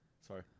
Sorry